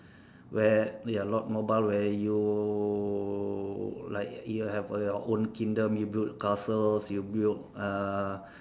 where ya Lord mobile where you like you have your own kingdom you build castles you build uh